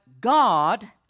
God